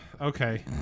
okay